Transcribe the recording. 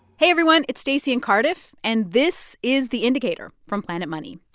hey, everyone. it's stacey and cardiff. and this is the indicator from planet money.